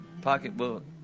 pocketbook